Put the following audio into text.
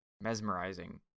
mesmerizing